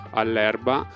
all'erba